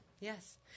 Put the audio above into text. Yes